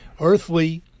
earthly